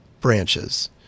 branches